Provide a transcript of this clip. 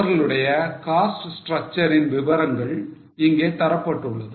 அவர்களுடைய cost structure ன் விவரங்கள் இங்கே தர பட்டுள்ளது